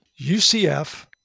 UCF